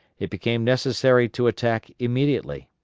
it became necessary to attack immediately.